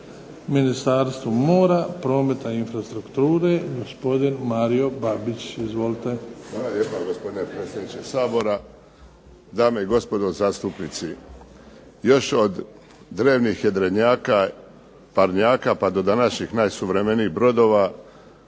Ministarstvu mora, prometa i infrastrukture gospodin Mario Babić. Izvolite. **Babić, Mario** hvala lijepa, gospodine predsjedniče Sabora. Dame i gospodo zastupnici. Još od drevnih jedrenjaka, parnjaka pa do današnjih najsuvremenijih brodova